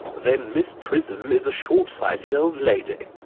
then miss prism is a short-sighted old lady.